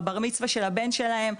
בבר מצווה של הבן שלהן,